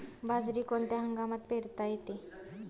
बाजरी कोणत्या हंगामात पेरता येते?